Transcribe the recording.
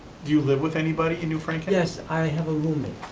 do you live with anybody in new franken? yes, i have a roommate.